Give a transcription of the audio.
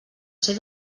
ser